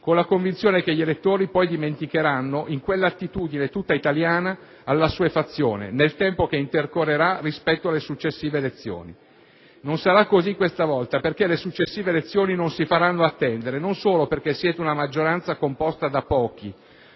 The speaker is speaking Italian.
con la convinzione che gli elettori poi dimenticheranno, in quell'attitudine tutta italiana all'assuefazione, nel tempo che intercorrerà rispetto alle successive elezioni. Non sarà così questa volta, perché le successive elezioni non si faranno attendere, non solo perché siete una maggioranza composta da pochi,